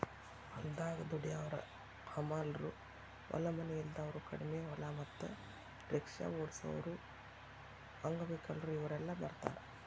ಹೊಲದಾಗ ದುಡ್ಯಾವರ ಹಮಾಲರು ಹೊಲ ಮನಿ ಇಲ್ದಾವರು ಕಡಿಮಿ ಹೊಲ ಮತ್ತ ರಿಕ್ಷಾ ಓಡಸಾವರು ಅಂಗವಿಕಲರು ಇವರೆಲ್ಲ ಬರ್ತಾರ